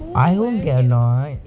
I won't get annoyed